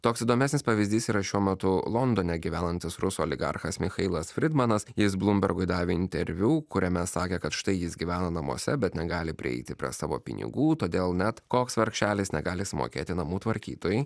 toks įdomesnis pavyzdys yra šiuo metu londone gyvenantis rusų oligarchas michailas fridmanas jis blumbergui davė interviu kuriame sakė kad štai jis gyvena namuose bet negali prieiti prie savo pinigų todėl net koks vargšelis negali sumokėti namų tvarkytojai